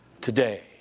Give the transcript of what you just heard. Today